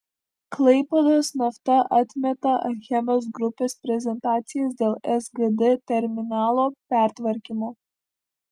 klaipėdos nafta atmeta achemos grupės pretenzijas dėl sgd terminalo pertvarkymo